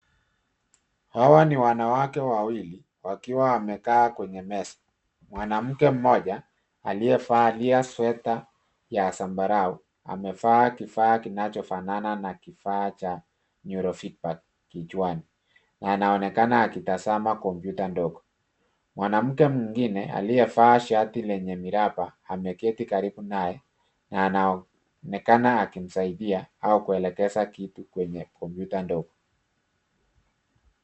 Hawa ni wanawake wawili wakiwa wamekaa kwenye meza. Mwanamke mmoja aliyevalia sweta ya zambarau amevaa kifaa kinachofanana na kifaa cha neurofeedback kichwani, na anaonekana akitazama kompyuta ndogo. Mwanamke mwingine aliyevaa shati lenye miraba ameketi karibu naye na anaonekana akimsaidia au kuelekeza kitu kwenye kompyuta ndogo.